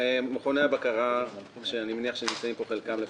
מכוני הבקרה, שאני מניח שלפחות חלקם נמצאים פה,